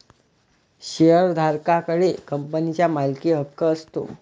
शेअरधारका कडे कंपनीचा मालकीहक्क असतो